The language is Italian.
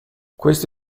questo